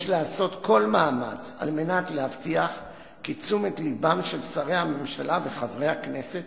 יש לעשות כל מאמץ על מנת להבטיח כי תשומת לבם של שרי הממשלה וחברי הכנסת